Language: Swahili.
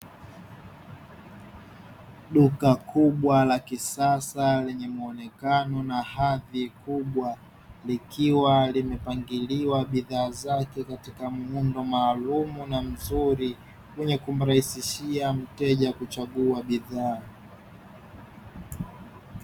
Duka kubwa la kisasa lenye muonekano na hadhi kubwa, likiwa limepangiliwa bidhaa zake katika muundo maalumu na mzuri, wenye kumrahisishia mteja kuchagua bidhaa.